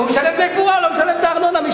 הוא משלם דמי קבורה, לא משלם את הארנונה.